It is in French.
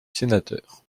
sénateur